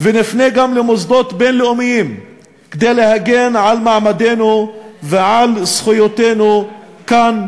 ונפנה גם למוסדות בין-לאומיים כדי להגן על מעמדנו ועל זכויותינו כאן,